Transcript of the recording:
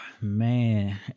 Man